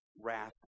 wrath